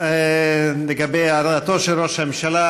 לגבי הערתו של ראש הממשלה,